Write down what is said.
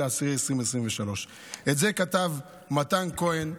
7 באוקטובר 2023. את זה כתב מתן כהן,